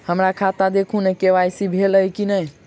हम्मर खाता देखू नै के.वाई.सी भेल अई नै?